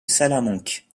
salamanque